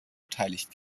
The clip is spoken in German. beteiligt